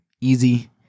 easy